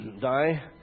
die